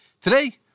Today